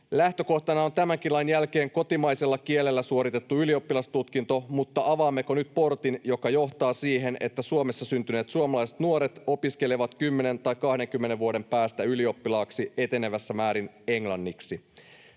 Lähtökohtana on tämänkin lain jälkeen kotimaisella kielellä suoritettu ylioppilastutkinto, mutta avaammeko nyt portin, joka johtaa siihen, että Suomessa syntyneet suomalaiset nuoret opiskelevat 10 tai 20 vuoden päästä ylioppilaiksi etenevässä määrin englanniksi?